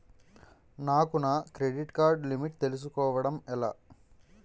నాకు నా credit card limit తెలుసుకోవడం ఎలా?